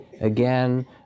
again